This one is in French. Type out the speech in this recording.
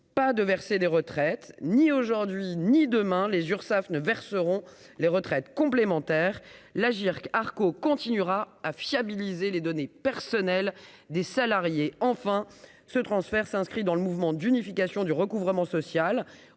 pas de verser des retraites ni aujourd'hui ni demain les Urssaf ne verseront les retraites complémentaires, l'Agirc Arcco continuera à fiabiliser les données personnelles des salariés, enfin ce transfert s'inscrit dans le mouvement d'unification du recouvrement social